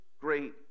great